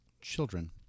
Children